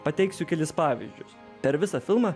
pateiksiu kelis pavyzdžius per visą filmą